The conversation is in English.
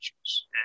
issues